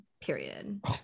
Period